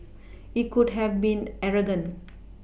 it could have been arrogant